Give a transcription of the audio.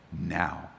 Now